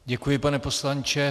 Děkuji, pane poslanče.